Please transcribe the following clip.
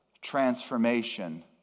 transformation